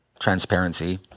transparency